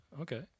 Okay